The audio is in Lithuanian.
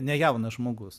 nejaunas žmogus